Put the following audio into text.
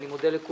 אני מודה לכולם.